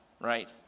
right